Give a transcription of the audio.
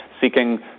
seeking